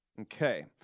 Okay